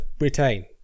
retain